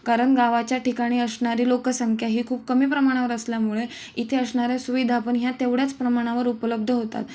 कारण गावाच्या ठिकाणी असणारी लोकसंख्या ही खूप कमी प्रमाणावर असल्यामुळे इथे असणाऱ्या सुविधा पण ह्या तेवढ्याच प्रमाणावर उपलब्ध होतात